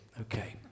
Okay